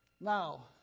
now